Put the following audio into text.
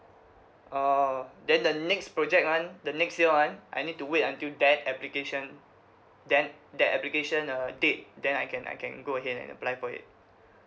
orh then the next project one the next year one I need to wait until that application then that application uh date then I can I can go ahead and apply for it